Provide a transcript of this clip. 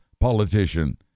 politician